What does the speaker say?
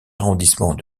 arrondissements